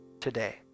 today